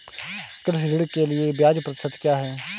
कृषि ऋण के लिए ब्याज प्रतिशत क्या है?